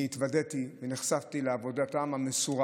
התוודעתי ונחשפתי לעבודתה המסורה